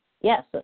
yes